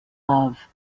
love